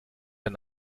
ein